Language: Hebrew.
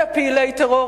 ונעצרו כפעילי טרור,